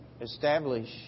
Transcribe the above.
establish